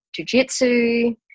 jujitsu